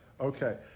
Okay